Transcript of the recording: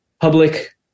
public